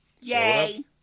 Yay